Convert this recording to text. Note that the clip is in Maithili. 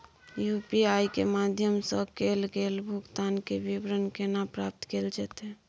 यु.पी.आई के माध्यम सं कैल गेल भुगतान, के विवरण केना प्राप्त कैल जेतै?